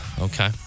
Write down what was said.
Okay